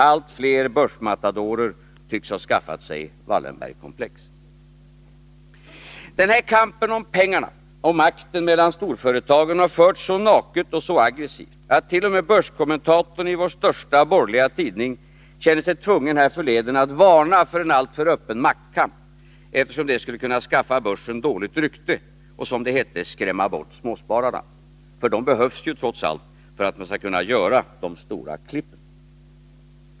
Allt fler börsmatadorer tycks ha skaffat sig Wallenbergkomplex. Denna kamp om pengarna och makten mellan storföretagen har förts så naket och så aggressivt, att t.o.m. börskommentatorn i vår största borgerliga tidning härförleden kände sig tvungen att varna för en alltför öppen maktkamp, eftersom det skulle kunna skaffa börsen dåligt rykte och, som det hette, skrämma bort småspararna. Det är ju trots allt småspararnas pengar man behöver för att kunna göra de stora klippen.